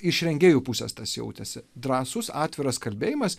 iš rengėjų pusės tas jautėsi drąsūs atviras kalbėjimas